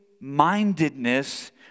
mindedness